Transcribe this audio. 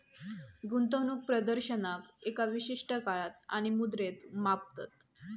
गुंतवणूक प्रदर्शनाक एका विशिष्ट काळात आणि मुद्रेत मापतत